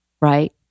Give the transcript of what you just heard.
right